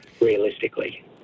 realistically